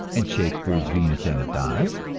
and shakespeare's venus and adonis,